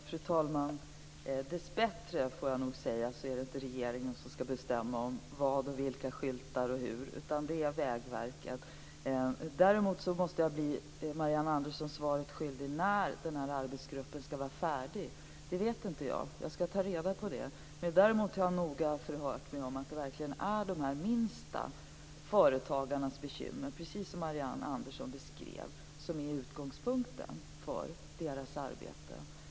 Fru talman! Dessbättre är det inte regeringen som skall bestämma om skyltar och hur de skall se ut, utan det är Vägverket. Däremot måste jag bli Marianne Andersson svaret skyldig när det gäller frågan om när arbetsgruppen skall vara färdig. Det vet inte jag, men jag skall ta reda på det. Men jag har noga förhört mig om att det verkligen är de minsta företagarnas bekymmer - precis som Marianne Andersson beskrev - som är utgångspunkten för arbetsgruppens arbete.